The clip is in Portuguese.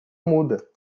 muda